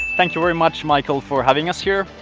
thank you very much michael for having us here!